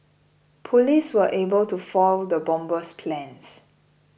police were able to foil the bomber's plans